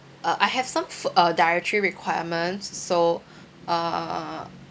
uh I have some foo~ uh dietary requirements so uh